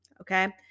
Okay